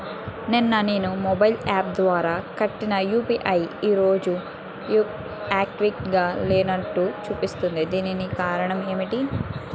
నిన్న నేను mobile app ద్వారా కట్టిన యు.పి.ఐ ఈ రోజు యాక్టివ్ గా లేనట్టు చూపిస్తుంది దీనికి కారణం ఏమిటి?